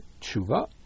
tshuva